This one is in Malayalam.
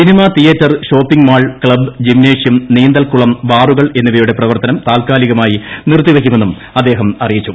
cinema theatre shopping mall club gymnasium നീന്തൽക്കുളം ബാറുകൾ എന്നിവയുടെ പ്രവർത്തനം താത്ക്കാലികമായി നിർത്തിവയ്ക്കുമെന്നും അദ്ദേഹം അറിയിച്ചു